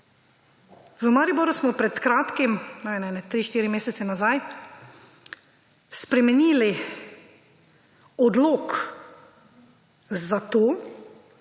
V Mariboru smo pred kratkim ene tri, štiri mesece nazaj spremenili odlok zato,